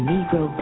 Negro